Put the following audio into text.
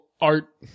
Art